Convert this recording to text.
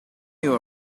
you